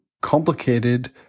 complicated